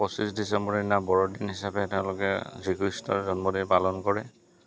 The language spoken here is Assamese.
পঁচিছ ডিচেম্বৰৰ দিনা বৰদিন হিচাপে তেওঁলোকে যিশুখ্ৰীষ্টৰ জন্মদিন পালন কৰে